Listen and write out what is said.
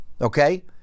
Okay